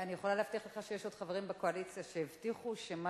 אני יכולה להבטיח לך שיש עוד חברים בקואליציה שהבטיחו שמה